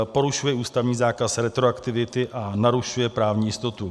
Porušuje ústavní zákaz retroaktivity a narušuje právní jistotu.